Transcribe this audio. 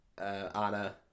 Anna